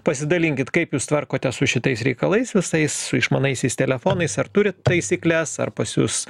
pasidalinkit kaip jūs tvarkotės su šitais reikalais visais išmaniaisiais telefonais ar turit taisykles ar pas jus